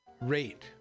rate